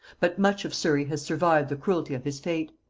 but much of surry has survived the cruelty of his fate.